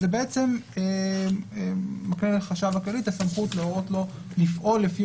זה מקנה לחשב הכללי את הסמכות להורות לו לפעול לפי